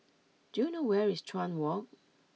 do you know where is Chuan Walk